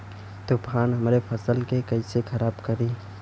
तूफान हमरे फसल के कइसे खराब करी?